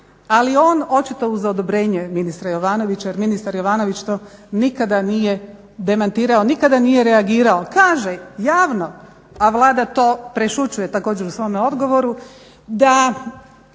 ali on očito uz odobrenje ministra Jovanovića, jer ministar Jovanović to nikada nije demantirao, nikada nije reagirao, kaže javno, a Vlada to prešućuje također u svome odgovoru, da